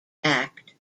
act